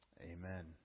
Amen